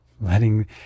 letting